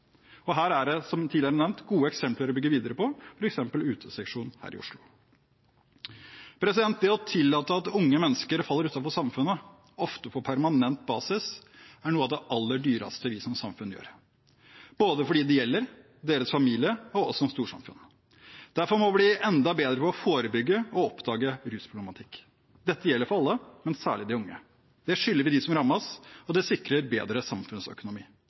Her er det – som tidligere nevnt – gode eksempler å bygge videre på, f.eks. Uteseksjonen her i Oslo. Det å tillate at unge mennesker faller utenfor samfunnet, ofte på permanent basis, er noe av det aller dyreste vi som samfunn gjør – både for dem det gjelder, for deres familie og for oss som storsamfunn. Derfor må vi bli enda bedre på å forebygge og oppdage rusproblematikk. Dette gjelder for alle, men særlig de unge. Det skylder vi dem som rammes, og det sikrer bedre samfunnsøkonomi.